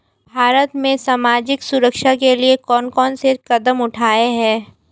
भारत में सामाजिक सुरक्षा के लिए कौन कौन से कदम उठाये हैं?